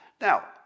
Now